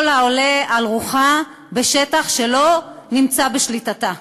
העולה על רוחה בשטח שלא נמצא בשליטתה.